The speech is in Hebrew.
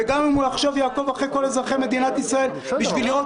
וגם אם הוא יעקוב אחרי כל אזרחי מדינת ישראל בשביל לראות